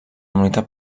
unitat